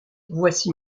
voici